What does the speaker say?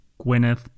Gwyneth